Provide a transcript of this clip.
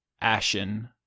ashen